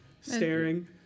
staring